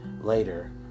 later